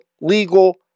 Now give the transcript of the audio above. legal